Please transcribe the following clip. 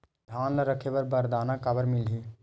धान ल रखे बर बारदाना काबर मिलही?